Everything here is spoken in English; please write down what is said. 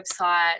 website